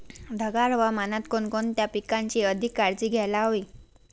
ढगाळ हवामानात कोणकोणत्या पिकांची अधिक काळजी घ्यायला हवी?